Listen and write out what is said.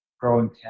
growing